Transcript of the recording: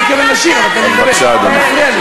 אני לא מתכוון לשיר, אבל, בבקשה, אדוני.